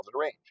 range